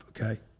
okay